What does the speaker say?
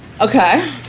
Okay